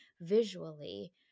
visually